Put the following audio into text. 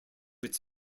its